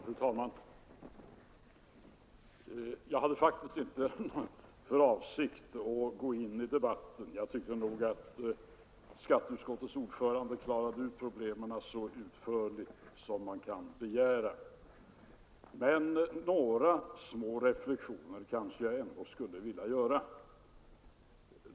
Fru talman! Jag hade faktiskt inte för avsikt att gå in i debatten; jag tycker att skatteutskottets ordförande klarade ut problemen så utförligt som man kan begära. Jag skulle ändå vilja göra några reflexioner.